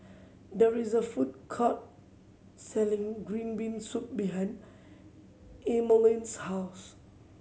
there is a food court selling green bean soup behind Emaline's house